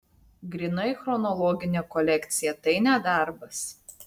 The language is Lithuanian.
grynai chronologinė kolekcija tai ne darbas